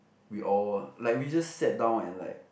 we all like we just sat down and like